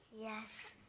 yes